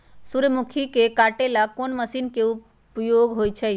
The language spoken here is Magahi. सूर्यमुखी के काटे ला कोंन मशीन के उपयोग होई छइ?